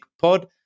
Pod